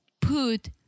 put